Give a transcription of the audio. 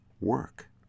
work